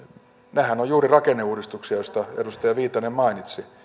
nehän ovat juuri rakenneuudistuksia joista edustaja viitanen mainitsi